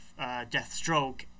Deathstroke